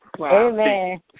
Amen